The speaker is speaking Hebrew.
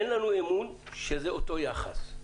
אין לנו אמון שזה אותו יחס.